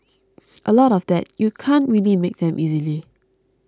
a lot of that you can't really make them easily